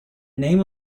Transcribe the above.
name